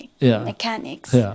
mechanics